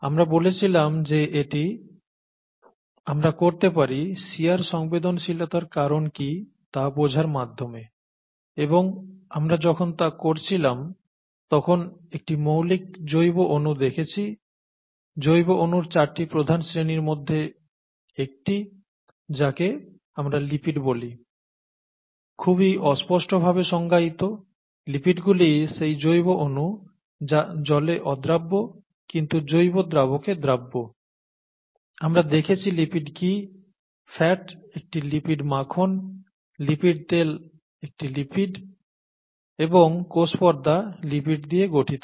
আমরা বলেছিলাম যে এটি আমরা করতে পারি শিয়ার সংবেদনশীলতার কারণ কি তা বোঝার মাধ্যমে এবং আমরা যখন তা করছিলাম তখন একটি মৌলিক জৈবঅণু দেখেছি জৈবঅনুর চারটি প্রধান শ্রেণীর মধ্যে একটি যাকে আমরা লিপিড বলি খুবই অস্পষ্ট ভাবে সংজ্ঞায়িত লিপিডগুলি সেই জৈব অণু যা জলে অদ্রাব্য কিন্তু জৈব দ্রাবকে দ্রাব্য আমরা দেখেছি লিপিড কি ফ্যাট একটি লিপিড মাখন লিপিড তেল একটি লিপিড এবং কোষপর্দা লিপিড দিয়ে গঠিত